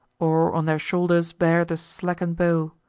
or on their shoulders bear the slacken'd bow.